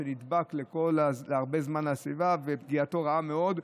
שנדבק הרבה זמן לסביבה ופגיעתו רעה מאוד.